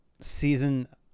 season